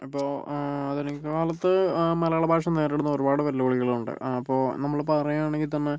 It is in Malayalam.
അപ്പോൾ കാലത്ത് മലയാളഭാഷ നേരിടുന്ന ഒരുപാട് വെല്ലുവിളികളുണ്ട് അപ്പോൾ നമ്മള് പറയുകയാണെങ്കിൽത്തന്നെ